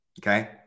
Okay